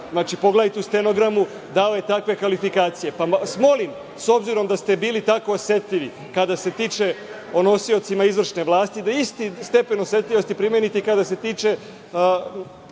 Pogledajte u stenogramu, dao je takve kvalifikacije. Molim vas, s obzirom da ste bili tako osetljivi, kada se tiče o nosiocima izvršne vlasti, da isti stepen osetljivosti primenite i kada se tiče